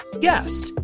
guest